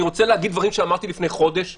אני רוצה להגיד דברים שאמרתי לפני חודש ויותר.